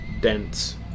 dense